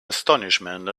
astonishment